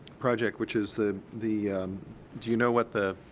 project, which is the the do you know what the